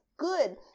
good